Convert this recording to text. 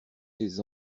ses